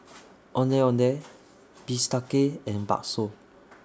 Ondeh Ondeh Bistake and Bakso